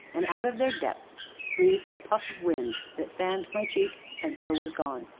and out of their depths breathed a puff of wind that fanned my cheek, and so was gone.